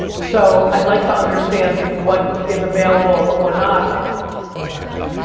so i'd like to understand what is available or not but environment.